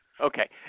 Okay